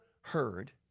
heard